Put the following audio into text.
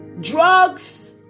Drugs